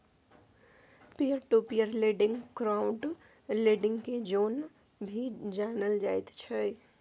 peer to peer lending crowd lending के जेना भी जानल जाइत छै